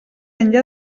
enllà